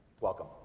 Welcome